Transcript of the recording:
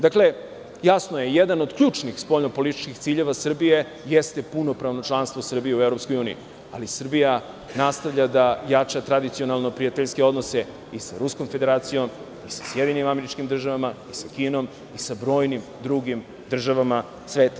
Dakle, jasno je, jedan od ključnih spoljnopolitičkih ciljeva Srbije jeste punopravno članstvo Srbije u EU, ali Srbija nastavlja da jača tradicionalno prijateljske odnose i sa Ruskom Federacijom i sa SAD i sa Kinom i sa brojnim drugim državama sveta.